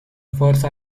force